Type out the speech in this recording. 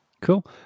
Cool